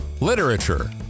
literature